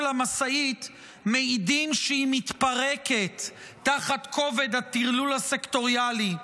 המשאית מעידים שהיא מתפרקת תחת כובד הטרלול הסקטוריאלי.